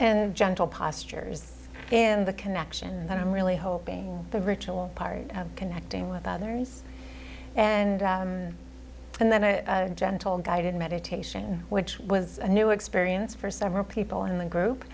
and gentle postures in the connection that i'm really hoping the ritual part of connecting with others and and then i gentle guided meditation which was a new experience for several people in the group